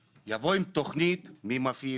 שקודם כל יבואו עם תוכנית: מי מפעיל,